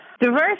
Diverse